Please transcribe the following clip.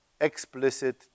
explicit